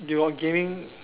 you got gaming